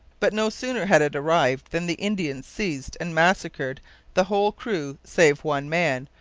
but no sooner had it arrived than the indians seized and massacred the whole crew save one man,